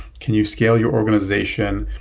can you scale your organization?